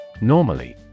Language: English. Normally